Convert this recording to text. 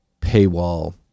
paywall